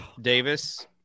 Davis